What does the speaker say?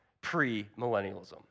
pre-millennialism